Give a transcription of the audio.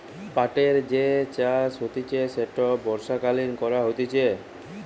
পাটের যে চাষ হতিছে সেটা বর্ষাকালীন করা হতিছে